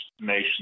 nation